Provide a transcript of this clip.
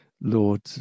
Lord